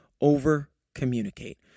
Over-communicate